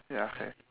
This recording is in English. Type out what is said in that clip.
ya okay